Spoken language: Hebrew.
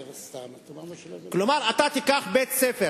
כלומר, אתה תיקח בית-ספר